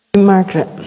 Margaret